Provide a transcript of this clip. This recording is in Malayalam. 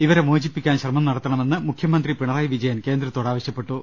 ഇവരെ മോചിപ്പിക്കാൻ ശ്രമം നടത്തണ മെന്ന് മുഖ്യമന്ത്രി പിണറായി വിജയൻ കേന്ദ്രത്തോട് ആവശ്യപ്പെട്ടു